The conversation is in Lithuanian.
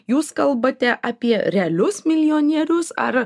jūs kalbate apie realius milijonierius ar